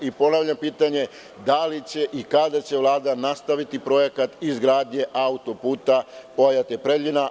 Ponavljam pitanje - da li će i kada će Vlada nastaviti projekat izgradnje autoputa Pojate – Preljina?